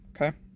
Okay